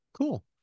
cool